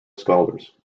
scholars